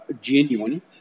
genuine